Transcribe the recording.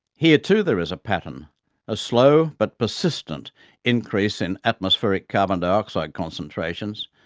here too there is a pattern a slow but persistent increase in atmospheric carbon dioxide concentrations,